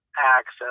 access